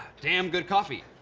damn good coffee.